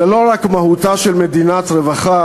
זו לא רק מהותה של מדינת רווחה,